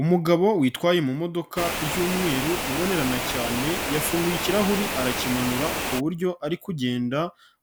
Umugabo witwaye mu modoka y'umweru ibonerana cyane yafunguye ikirahuri arakimanura ku buryo ari kugenda